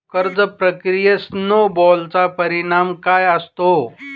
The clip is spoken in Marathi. कर्ज प्रक्रियेत स्नो बॉलचा परिणाम काय असतो?